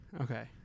Okay